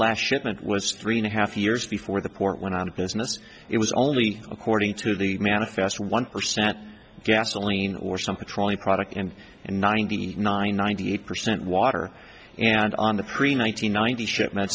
last shipment was three and a half years before the court went out of business it was only according to the manifest one percent gasoline or something truly product and and ninety nine ninety eight percent water and on the pre nine hundred ninety shipment